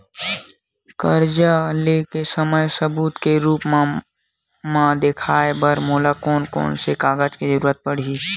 कर्जा ले के समय सबूत के रूप मा देखाय बर मोला कोन कोन से कागज के जरुरत पड़ही?